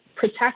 protect